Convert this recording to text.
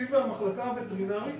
ותקציב המחלקה הווטרינרית